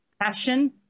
passion